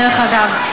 דרך אגב,